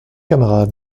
camarades